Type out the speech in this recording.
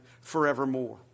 forevermore